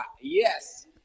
yes